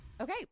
Okay